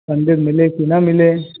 मंदिर मिले कि न मिले